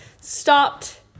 stopped